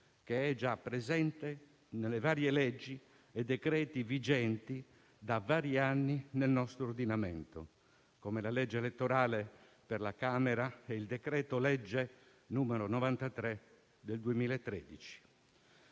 che è già presente nelle varie leggi e decreti vigenti da vari anni nel nostro ordinamento, come la legge elettorale per la Camera e il decreto-legge n. 93 del 2013.